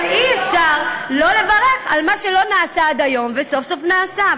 אבל אי-אפשר לא לברך על מה שלא נעשה עד היום וסוף-סוף נעשה.